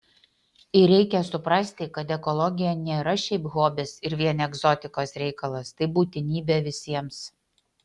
ir reikia suprasti kad ekologija nėra šiaip hobis ir vien egzotikos reikalas tai būtinybė visiems